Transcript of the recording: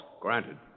Granted